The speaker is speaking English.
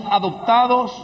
adoptados